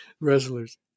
Wrestlers